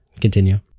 continue